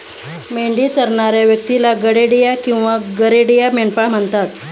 मेंढी चरणाऱ्या व्यक्तीला गडेडिया किंवा गरेडिया, मेंढपाळ म्हणतात